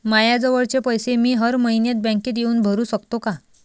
मायाजवळचे पैसे मी हर मइन्यात बँकेत येऊन भरू सकतो का?